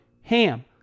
HAM